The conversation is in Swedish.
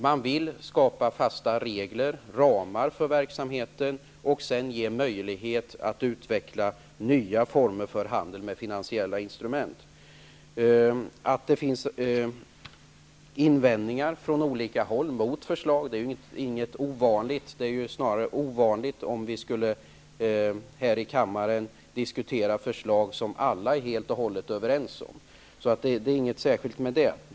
Man vill skapa fasta regler och ramar för verksamheten och ge möjligheter att utveckla nya former för handel med finansiella instrument. Att det finns invändningar mot förslaget på olika håll är ingenting ovanligt. Det vore snarare ovanligt om vi skulle diskutera ett förslag som alla var helt oh hållet överens om. Det är inget särskilt med detta.